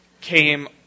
came